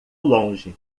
longe